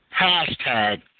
hashtag